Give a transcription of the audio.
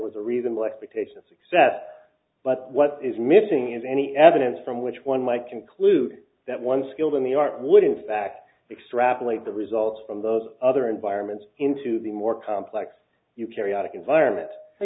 was a reasonable expectation of success but what is missing is any evidence from which one might conclude that one skilled in the art would in fact extrapolate the results from those other environments into the more complex you carry out environment so